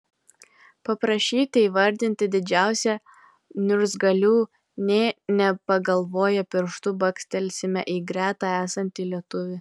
paprašyti įvardinti didžiausią niurzgalių nė nepagalvoję pirštu bakstelsime į greta esantį lietuvį